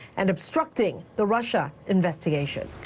and obstructing the russia investigation.